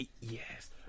yes